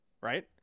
right